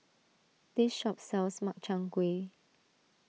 this shop sells Makchang Gui